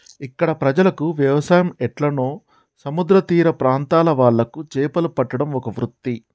ఇక్కడ ప్రజలకు వ్యవసాయం ఎట్లనో సముద్ర తీర ప్రాంత్రాల వాళ్లకు చేపలు పట్టడం ఒక వృత్తి